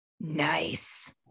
Nice